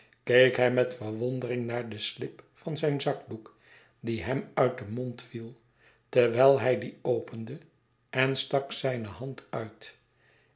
keek hij met verwondering naar de slip van zijn zakdoek die hem uit den mond viel terwijl hij dien opende en stak zijne hand uit